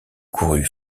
courut